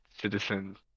citizens